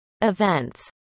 events